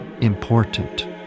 important